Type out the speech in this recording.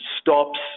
stops